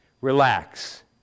relax